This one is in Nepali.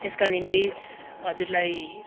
त्यसका निम्ति हजुरलाई